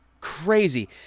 crazy